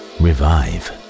Revive